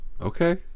Okay